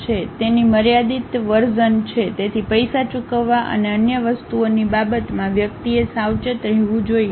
તેની મર્યાદિત વર્ઝન છે તેથી પૈસા ચૂકવવા અને અન્ય વસ્તુઓની બાબતમાં વ્યક્તિએ સાવચેત રહેવું જોઈએ